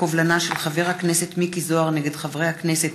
בקובלנה של חבר הכנסת מיקי זוהר נגד חברי הכנסת